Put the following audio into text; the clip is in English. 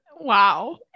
Wow